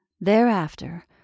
Thereafter